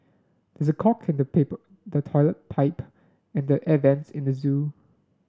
this is a clog in the paper the toilet pipe and the air vents in the zoo